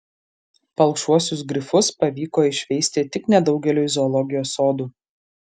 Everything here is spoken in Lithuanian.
palšuosius grifus pavyko išveisti tik nedaugeliui zoologijos sodų